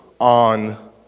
on